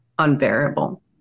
unbearable